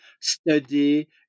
study